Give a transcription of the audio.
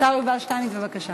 השר יובל שטייניץ, בבקשה.